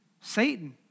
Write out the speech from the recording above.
Satan